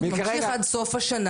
ולא באקדמיה - הם לא יקבלו סבסוד.